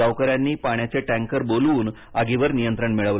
गावकऱ्यांनी पाण्याचे टॅंकर बोलवून आगीवर नियंत्रण मिळवले